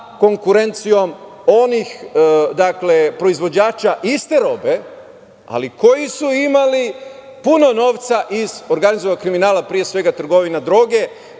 konkurencijom onih proizvođača iste robe ali koji su imali puno novca iz organizovanog kriminala, pre svega trgovine drogom,